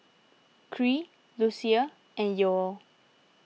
Khiry Lucia and Yoel